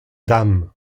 dam